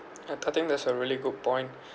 uh I think that's a really good point